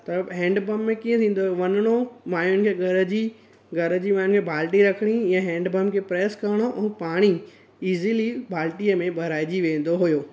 त हैंडपंप में कीअं थींदो हुयो वञणो मायुनि खे घर जी घर जी मायुनि खे बाल्टी रखणी ईअं हैंडपंप खे प्रैस करणो ऐं पाणी इज़िली बाल्टीअ में भराइजी वेंदो हुयो